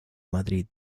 madrid